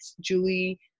Julie